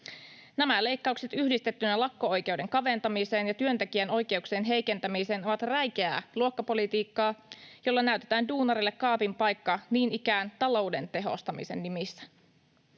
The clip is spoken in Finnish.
Nämä leikkaukset yhdistettynä lakko-oikeuden kaventamiseen ja työntekijän oikeuksien heikentämiseen ovat räikeää luokkapolitiikkaa, jolla näytetään duunarille kaapin paikka, niin ikään talouden tehostamisen nimissä.